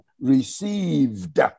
received